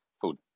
food